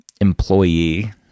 employee